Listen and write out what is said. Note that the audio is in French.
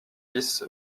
bis